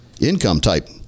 income-type